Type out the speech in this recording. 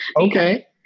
Okay